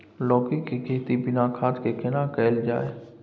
लौकी के खेती बिना खाद के केना कैल जाय?